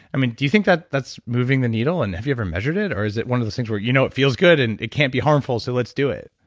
i mean, do you think that's that's moving the needle, and have you ever measured it or is it one of those things where you know it feels good and it can't be harmful so let's do it?